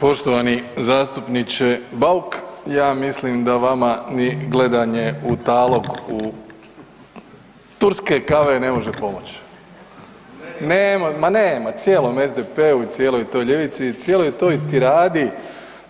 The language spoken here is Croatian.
Poštovani zastupniče Bauk, ja mislim da vama ni gledanje u talog u turske kave ne može pomoći, ne, ma nema, ma cijelom SDP-u i cijeloj toj ljevici i cijeloj toj tiradi